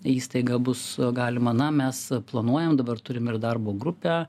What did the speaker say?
įstaigą bus galima na mes planuojam dabar turim ir darbo grupę